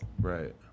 Right